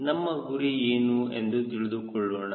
ನಮ್ಮಗುರಿ ಏನು ಎಂದು ತಿಳಿದುಕೊಳ್ಳೋಣ